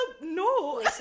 No